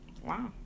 wow